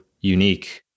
unique